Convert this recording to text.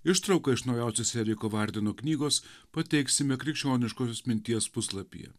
ištrauką iš naujausios eriko vardeno knygos pateiksime krikščioniškosios minties puslapyje